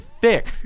thick